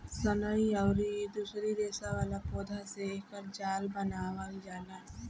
सनई अउरी दूसरी रेसा वाला पौधा से एकर जाल बनावल जाला